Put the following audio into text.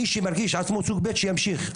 מי שמרגיש עצמו סוג ב', שימשיך.